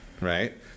right